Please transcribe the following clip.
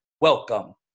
Welcome